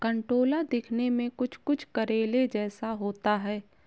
कंटोला दिखने में कुछ कुछ करेले जैसा होता है